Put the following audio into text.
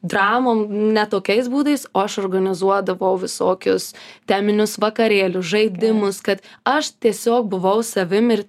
dramom ne tokiais būdais o aš organizuodavau visokius teminius vakarėlius žaidimus kad aš tiesiog buvau savim ir